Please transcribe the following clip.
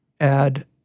add